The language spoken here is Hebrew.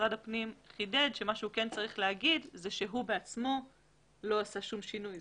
משרד הפנים חידד שמה שהוא כן צריך לומר זה שהוא בעצמו לא עשה כל שינוי.